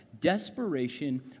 Desperation